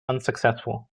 unsuccessful